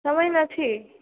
સમય નથી